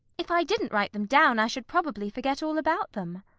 if i didn't write them down, i should probably forget all about them.